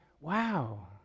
wow